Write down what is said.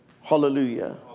Hallelujah